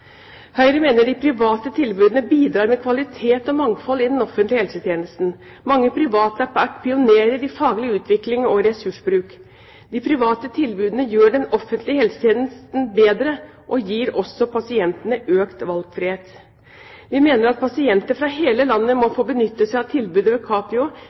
Høyre mener de private tilbudene bidrar med kvalitet og mangfold i den offentlige helsetjenesten. Mange private har vært pionerer i faglig utvikling og ressursbruk. De private tilbudene gjør den offentlige helsetjenesten bedre og gir også pasientene økt valgfrihet. Vi mener at pasienter fra hele landet må få benytte seg av tilbudet ved